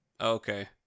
Okay